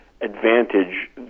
advantage